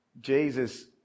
Jesus